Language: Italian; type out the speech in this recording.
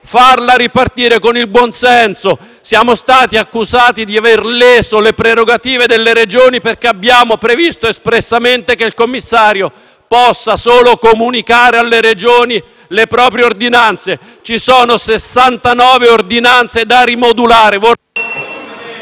farla ripartire con il buonsenso. Siamo stati accusati di aver leso le prerogative delle Regioni perché abbiamo previsto espressamente che il commissario possa solo comunicare alle Regioni le proprie ordinanze. Sono sessantanove le ordinanze da rimodulare.